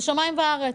זה שמים וארץ.